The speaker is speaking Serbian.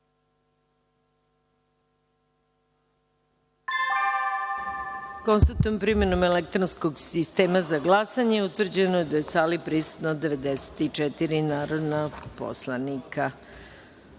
da je, primenom elektronskog sistema za glasanje, utvrđeno da je u sali prisutno 94 narodna poslanika. Da